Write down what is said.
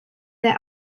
they